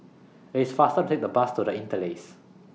IT IS faster to Take The Bus to The Interlace